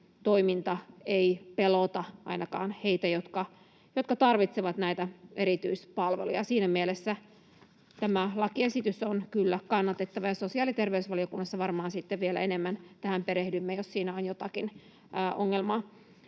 toiminta ei pelota ainakaan heitä, jotka tarvitsevat näitä erityispalveluja. Siinä mielessä tämä lakiesitys on kyllä kannatettava, ja sosiaali- ja terveysvaliokunnassa varmaan sitten vielä enemmän tähän perehdymme, jos siinä on jotakin ongelmaa.